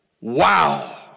Wow